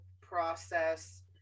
process